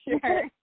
sure